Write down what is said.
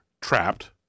trapped